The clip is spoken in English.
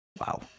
wow